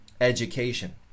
education